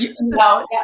No